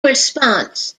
response